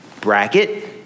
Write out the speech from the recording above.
bracket